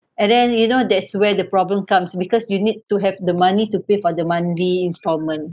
and then you know that's where the problem comes because you need to have the money to pay for the monthly instalment